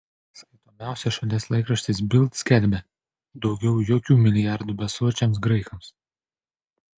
skaitomiausias šalies laikraštis bild skelbia daugiau jokių milijardų besočiams graikams